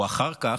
אחר כך,